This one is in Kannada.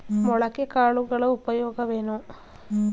ಮೊಳಕೆ ಕಾಳುಗಳ ಉಪಯೋಗವೇನು?